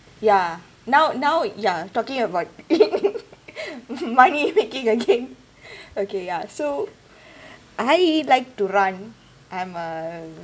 ya now now you're talking about money making again okay ya so I like to run I'm a